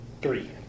Three